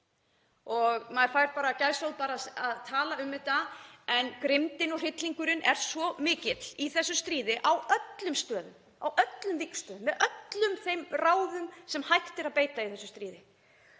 gæsahúð bara af því að tala um þetta en grimmdin og hryllingurinn er svo mikill í þessu stríði, á öllum stöðum, á öllum vígstöðvum, með öllum þeim ráðum sem hægt er að beita í þessu stríði.